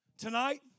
Tonight